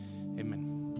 Amen